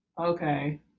okay